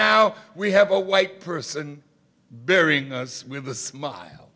now we have a white person burying us with a smile